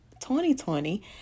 2020